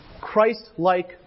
Christ-like